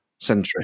centrist